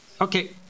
Okay